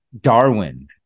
Darwin